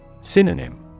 Synonym